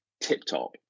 tip-top